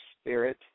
spirit